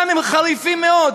גם אם הם חריפים מאוד,